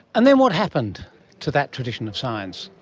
and then what happened to that tradition of science?